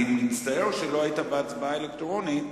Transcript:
לא ידעתי, אני מצטער שלא היית בהצבעה האלקטרונית.